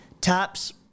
Taps